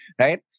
right